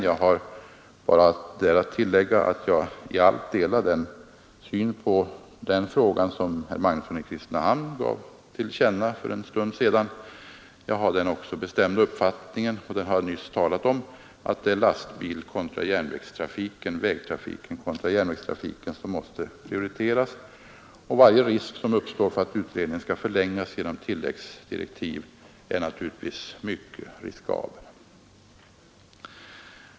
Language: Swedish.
Jag har bara att tillägga att jag därvidlag helt delar den syn på frågan som herr Magnusson i Kristinehamn gav uttryck åt för en stund sedan. Jag har också den bestämda uppfattningen — som jag nyss talade om — att det är prioriteringen av vägtrafiken i förhållande till järnvägstrafiken som måste övervägas, och varje förlängning av utredningen genom tilläggsdirektiv är naturligtvis mycket riskabel.